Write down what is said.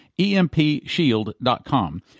EMPShield.com